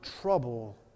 trouble